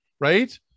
right